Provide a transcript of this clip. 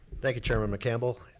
thank you chairman mccampbell.